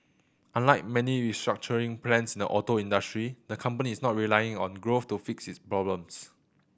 unlike many restructuring plans in the auto industry the company is not relying on growth to fix its problems